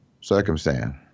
circumstance